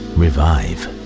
revive